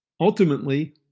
Ultimately